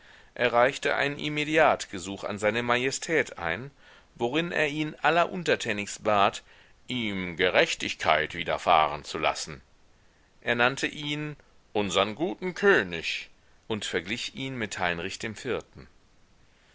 reichte ein immediatgesuch an seine majestät ein worin er ihn alleruntertänigst bat ihm gerechtigkeit widerfahren zu lassen er nannte ihn unsern guten könig und verglich ihn mit heinrich dem vierten